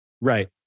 Right